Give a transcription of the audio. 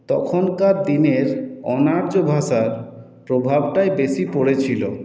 তখনকার দিনের অনার্য ভাষার প্রভাবটাই বেশি পড়েছিল